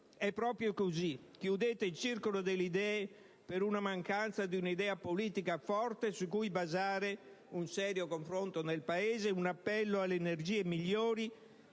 È proprio così: chiudete il circolo delle idee per la mancanza di un'idea politica forte su cui basare un serio confronto nel Paese e un appello alle energie migliori